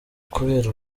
kubera